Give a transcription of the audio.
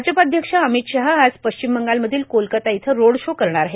भाजपाध्यक्ष अमित शाह आज पश्चिम बंगालमधील कोलकाता इथं रोड शो करणार आहेत